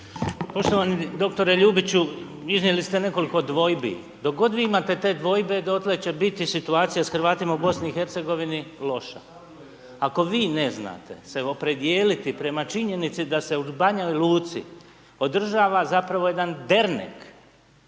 Poštovani doktore Ljubiću, iznijeli ste nekoliko dvojbi, dok god vi imate te dvoje, dotle će biti situacija s Hrvatima u BiH loša, ako vi ne znate se opredijeliti prema činjenici da se u Banja Luci održava zapravo jedan dernek